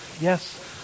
Yes